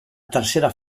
tercera